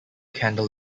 candle